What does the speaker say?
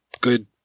good